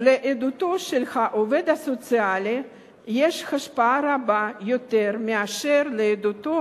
לעדותו של העובד הסוציאלי יש השפעה רבה יותר מאשר לעדותו